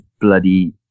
bloody